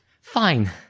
Fine